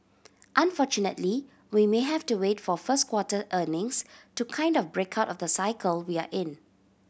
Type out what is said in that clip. unfortunately we may have to wait for first quarter earnings to kind of break out of the cycle we're in